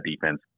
defense